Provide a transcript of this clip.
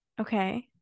okay